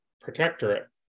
Protectorate